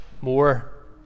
more